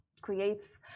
creates